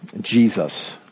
Jesus